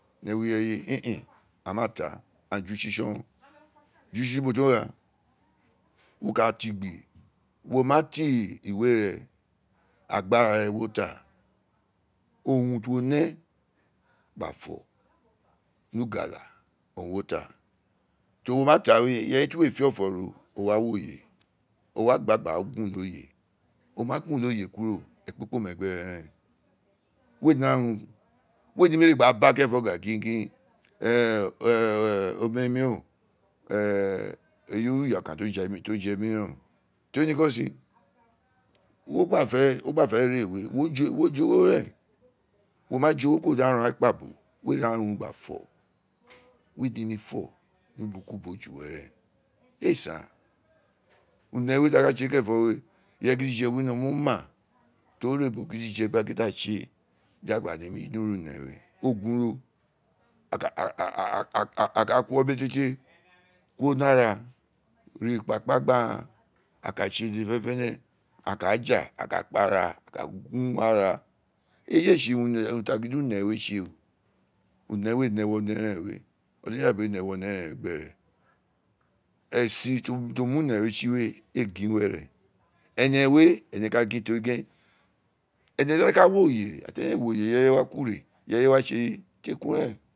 Ni ewo ireye inin a ma taa ju tsi tsi iyon ju tsi ni ubo ti uwo gha wo ka tighi mo ma ti iwe re agbara re wo ta o wun ti uwo ne gba fo ni ughala owun wo ta to ri wo ma taa we ireye ti uwe fe wa wo oye o wa gba gba gun le o ma gun ni uli oye we kuro ekpikpome igbere reen we ni arun we nemi re gba gbaa kerenfo gba gingin ee omemi oo ee eyi uya ekan ti o je mi reen oo to ri niko sin wo gba fe re we wo jo ogbo ren wo ma jo ogbo ku ro di arun aghaan kpa bu we ri arun gba fo we nemi fo ni ubo ku ubo ju were aa san une une we ti a ka tse kerenfo we ireye gi dije winoron kerenfo we mo ma ti ubo gidije gba gin din aa tse da gba nemi dumune we ogun ro a ka re gba ko omatie-tie ko ni ara ri ikpapa gbi aghaan a ka tse dede fenefene aghaan kaa ja a ka kpa arararan a ka gun ara a ke tse dede fene fene a kaa ja a ka kpa arararun a ka gun ara eyi ee tse urun ti a gin di une we tse oo une we ile ewo ni urun eren we okoja oyibo ee ne ewo ni urun eren we gbere esi ti o mu une we tsi we ee gin were ene we di ene ka gin taeri gen ene lati ka wo oye ira ti ene wo oye ireye wa ka ireye wa tse eyi ti ekun reen.